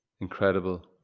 incredible